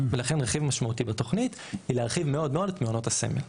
ולכן רכיב משמעותי בתוכנית היא להרחיב מאוד מאוד את מעונות הסמל.